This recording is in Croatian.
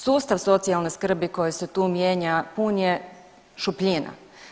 Sustav socijalne skrbi koji se tu mijenja pun šupljina.